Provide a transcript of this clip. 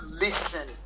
listen